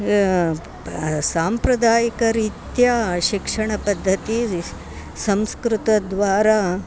साम्प्रदायिकरीत्या शिक्षणपद्धतिः संस्कृतद्वारा